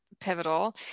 pivotal